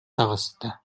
таҕыста